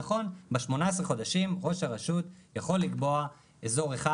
נכון ב-18 חודשים ראש הרשות יכול לקבוע אזור אחד,